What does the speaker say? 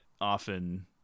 often